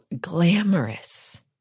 glamorous